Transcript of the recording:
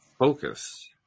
Focus